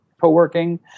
co-working